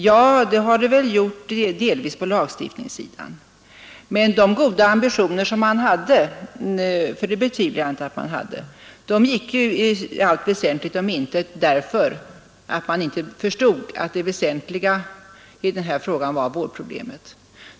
Ja, det har det väl gjort delvis på lagstiftningssidan. Men de goda ambitioner som man hade för det betvivlar jag inte att man hade gick i allt väsentligt om intet därför att man inte förstod att det väsentliga i denna fråga var vårdproblemet.